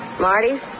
Marty